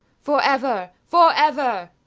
forever! forever!